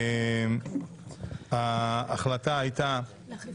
אנחנו עוברים